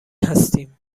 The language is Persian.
هستیم